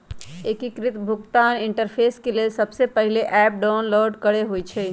एकीकृत भुगतान इंटरफेस के लेल सबसे पहिले ऐप डाउनलोड करेके होइ छइ